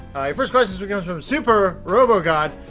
first question this week comes from superrobogod,